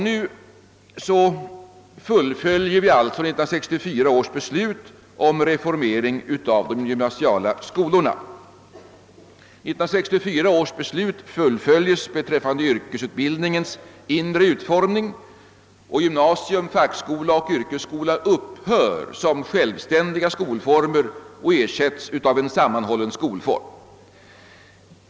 Nu fullföljer vi 1964 års beslut om reformering av de gymnasiala skolorna. 1964 års beslut fullföljes beträffande yrkes utbildningens inre utformning, och gymnasium, fackskola och yrkesskola upphör som självständiga skolformer och ersätts av en sammanhållen skolform.